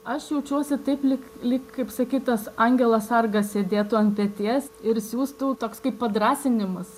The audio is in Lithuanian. aš jaučiuosi taip lyg lyg kaip sakyt tas angelas sargas sėdėtų ant peties ir siųstų toks kaip padrąsinimas